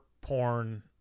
porn